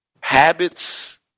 habits